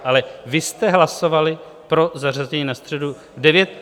Ale vy jste hlasovali pro zařazení na středu v devět.